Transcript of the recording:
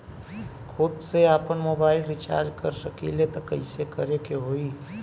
खुद से आपनमोबाइल रीचार्ज कर सकिले त कइसे करे के होई?